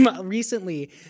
Recently